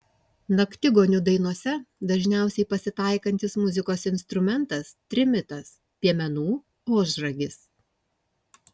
naktigonių dainose dažniausiai pasitaikantis muzikos instrumentas trimitas piemenų ožragis